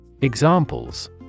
Examples